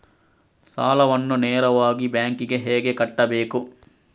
ಸಾಲವನ್ನು ನೇರವಾಗಿ ಬ್ಯಾಂಕ್ ಗೆ ಹೇಗೆ ಕಟ್ಟಬೇಕು?